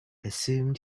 assumed